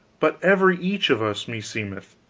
but every each of us, meseemeth